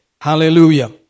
Hallelujah